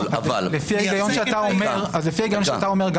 לפי ההיגיון שאתה אומר,